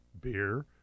beer